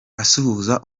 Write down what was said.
asuhuza